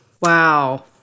Wow